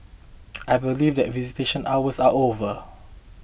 I believe that visitation hours are over